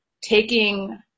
taking